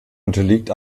unterliegt